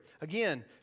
Again